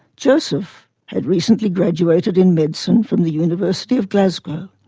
joseph had recently graduated in medicine from the university of glasgow.